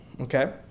okay